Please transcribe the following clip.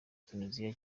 tuniziya